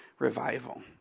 Revival